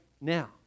now